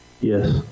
Yes